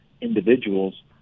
individuals